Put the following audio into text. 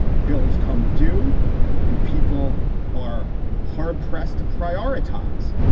bills come due and people are hard pressed to prioritize.